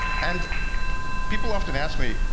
and people often ask me,